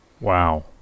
Wow